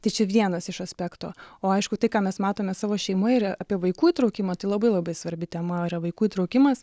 tai čia vienas iš aspektų o aišku tai ką mes matome savo šeimoje apie vaikų įtraukimą tai labai labai svarbi tema yra vaikų įtraukimas